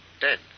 dead